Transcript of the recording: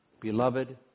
Beloved